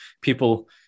people